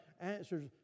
answers